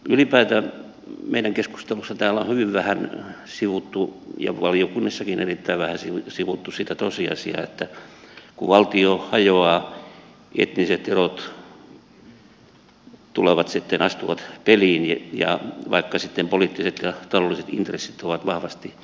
ylipäätään meidän keskustelussamme täällä on hyvin vähän sivuttu ja valiokunnissakin erittäin vähän sivuttu sitä tosiasiaa että kun valtio hajoaa etniset erot astuvat peliin vaikka sitten poliittiset ja taloudelliset intressit ovat vahvasti taustalla